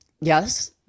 Yes